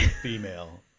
female